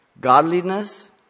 Godliness